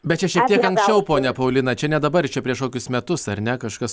bet čia šiek tiek anksčiau ponia paulina čia ne dabar čia prieš kokius metus ar ne kažkas